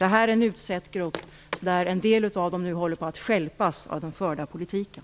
Det här är en utsatt grupp, där en del håller på att stjälpas av den förda politiken.